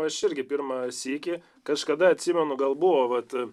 aš irgi pirmą sykį kažkada atsimenu gal buvo vat